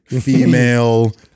female